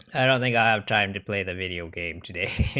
have time to play the video game today